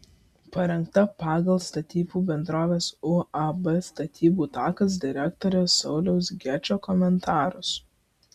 parengta pagal statybų bendrovės uab statybų takas direktoriaus sauliaus gečo komentarus